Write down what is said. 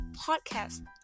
podcast